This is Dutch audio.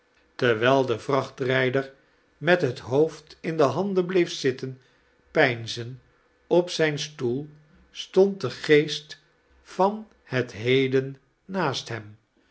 terwijl de vrachtrijder met het hoofd in de handen bleef zitten pekizen op zijn stoel stond de geest van het heden naast hem